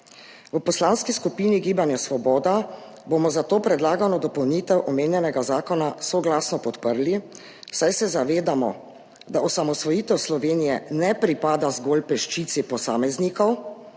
V Poslanski skupini Svoboda bomo zato predlagano dopolnitev omenjenega zakona soglasno podprli, saj se zavedamo, da osamosvojitev Slovenije ne pripada zgolj peščici posameznikov,